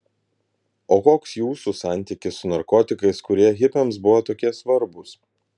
o koks jūsų santykis su narkotikais kurie hipiams buvo tokie svarbūs